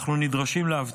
אנחנו נדרשים להבטיח